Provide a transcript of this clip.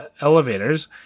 elevators